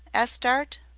asked dart.